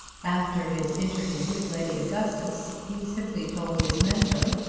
after his interview with lady augustus he simply told his mentor,